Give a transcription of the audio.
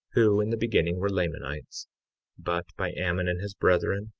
who in the beginning, were lamanites but by ammon and his brethren,